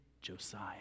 Josiah